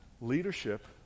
Leadership